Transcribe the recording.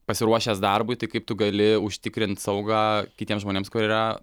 pasiruošęs darbui tai kaip tu gali užtikrint saugą kitiems žmonėms kurie yra